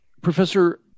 Professor